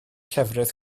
llefrith